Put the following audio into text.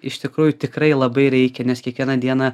iš tikrųjų tikrai labai reikia nes kiekvieną dieną